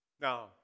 Now